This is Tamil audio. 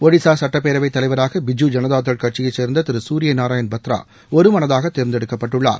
ஒடிஸாசட்டப்பேரவைத் தலைவராகபிஜூ ஜனதாதள் கட்சியைச் சேர்ந்ததிருசூரியநாராயண் பத்ராஒருமனதாகதேர்ந்தெடுக்கப்பட்டுள்ளார்